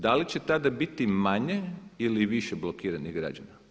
Da li će tada biti manje ili više blokiranih građana?